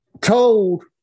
told